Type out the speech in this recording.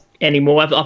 anymore